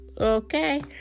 okay